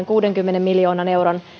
kuudenkymmenen miljoonan euron